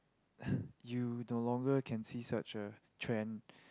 you no longer can see such a trend